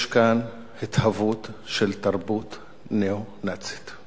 התהוות של תרבות ניאו-נאצית,